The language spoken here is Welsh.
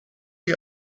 chi